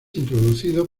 introducido